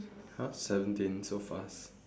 !huh! seventeen so fast